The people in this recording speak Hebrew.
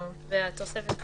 את התוספת הקראתי.